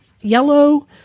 yellow